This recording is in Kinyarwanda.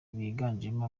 biganjemo